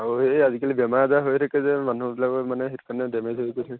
আৰু সেই আজিকালি বেমাৰ আজাৰ হৈয়ে থাকে যে মানুহবিলাক মানে সেইটো কাৰণে ডেমেজ হৈ গৈছে